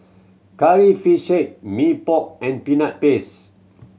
Curry Fish Head Mee Pok and Peanut Paste